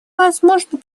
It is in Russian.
возможно